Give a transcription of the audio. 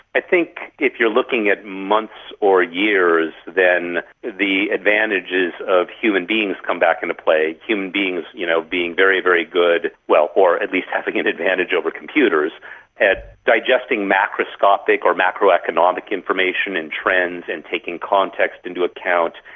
i think if you're looking at months or years, then the advantages of human beings come back into play, human beings you know being very, very good well, at least having an advantage over computers at digesting macroscopic or macro-economic information in trends and taking context into account,